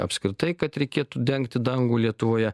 apskritai kad reikėtų dengti dangų lietuvoje